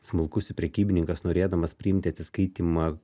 smulkus prekybininkas norėdamas priimti atsiskaitymą